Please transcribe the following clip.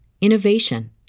innovation